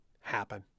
happen